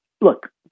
look